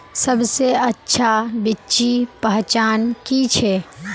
सबसे अच्छा बिच्ची पहचान की छे?